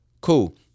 Cool